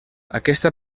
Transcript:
aquesta